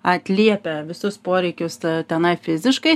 atliepia visus poreikius tenai fiziškai